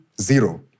Zero